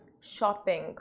shopping